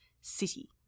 city